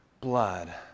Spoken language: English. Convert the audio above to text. blood